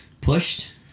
pushed